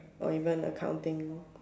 or even accounting